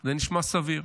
זה נשמע סביר.